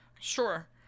Sure